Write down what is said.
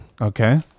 Okay